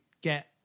get